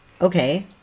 Okay